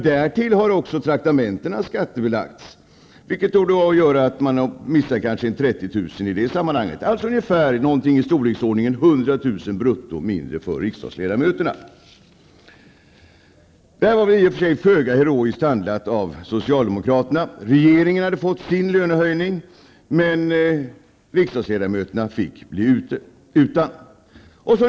Därtill har också traktamentena skattebelagts, vilket gör att man missar kanske 30 000 kr. i det sammanhanget. Det blir alltså ungefär 100 000 kr. brutto mindre för riksdagsledamöterna. Detta var väl i och för sig föga heroiskt handlat av socialdemokraterna. Regeringen hade fått sin lönehöjning, men riksdagsledamöterna fick bli utan.